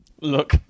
Look